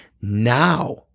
now